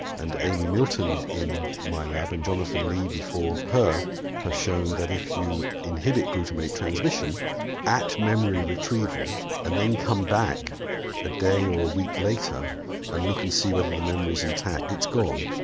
and amy milton in my lab and jonathan lee before her have shown that if you inhibit glutamate transmission at memory retrieval and then come back a day or a week later and look and see whether the memory is intact it's gone.